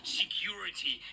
security